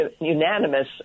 unanimous